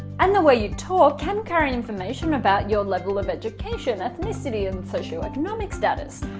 and the way you talk can carry information about your level of education, ethnicity and socio-economic status.